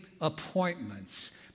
appointments